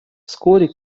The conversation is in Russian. вскоре